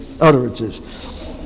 utterances